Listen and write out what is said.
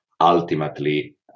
ultimately